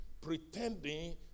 pretending